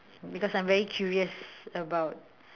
because I'm very curious about